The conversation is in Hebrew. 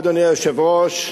אדוני היושב-ראש,